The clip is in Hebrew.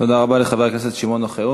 תודה רבה לחבר הכנסת שמעון אוחיון.